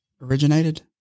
originated